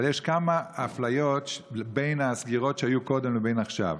אבל יש כמה אפליות בין הסגירות שהיו קודם לבין עכשיו.